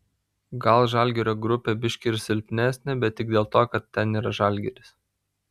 gal žalgirio grupė biški ir silpnesnė bet tik dėl to kad ten yra žalgiris